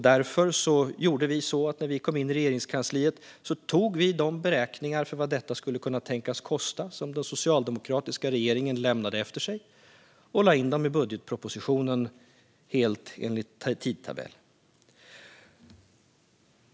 När vi kom in i Regeringskansliet tog vi därför de beräkningar av vad detta kan tänkas kosta som den socialdemokratiska regeringen lämnade efter sig och lade in dem i budgetpropositionen, helt enligt tidtabell.